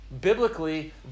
Biblically